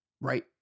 right